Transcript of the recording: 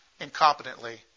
incompetently